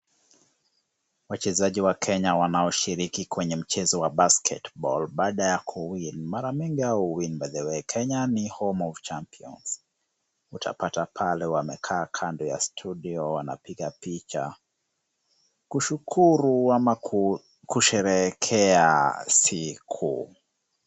Wachezaji wa Kenya wanaoshiriki kwenye mchezo wa basketball baada ya win .Mara mingi hao huwin by the way Kenya ni home of champions .Utapata pale wamekaa kando ya studio wanapiga picha kushukuru ama kusherehekea siku.